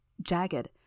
jagged